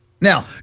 Now